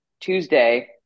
Tuesday